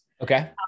Okay